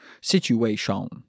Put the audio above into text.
situation